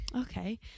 Okay